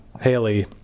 haley